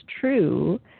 true